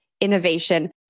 innovation